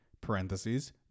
Parentheses